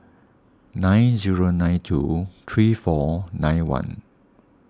nine zero nine two three four nine one